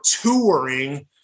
touring